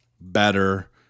better